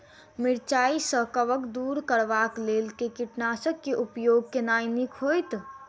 मिरचाई सँ कवक दूर करबाक लेल केँ कीटनासक केँ उपयोग केनाइ नीक होइत?